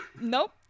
Nope